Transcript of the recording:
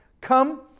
come